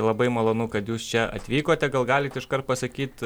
labai malonu kad jūs čia atvykote gal galit iškart pasakyt